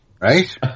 Right